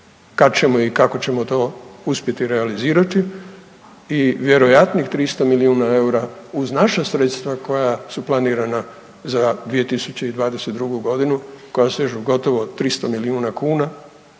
kad ćemo i kako ćemo to uspjeti realizirati i vjerojatnih 300 milijuna eura uz naša sredstva koja su planirana za 2022.g. koja sežu gotovo 300 milijuna kuna